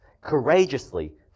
courageously